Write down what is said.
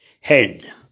head